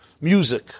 music